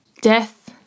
death